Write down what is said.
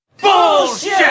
Bullshit